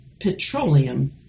petroleum